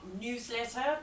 newsletter